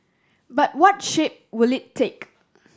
but what shape will it take